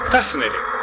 Fascinating